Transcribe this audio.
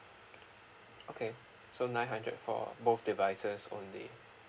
okay so nine hundred for both devices only